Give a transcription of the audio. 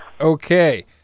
Okay